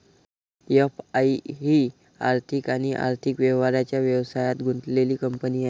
FI ही आर्थिक आणि आर्थिक व्यवहारांच्या व्यवसायात गुंतलेली कंपनी आहे